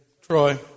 Troy